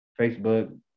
Facebook